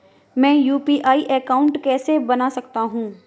मैं UPI account कैसे बना सकता हूं?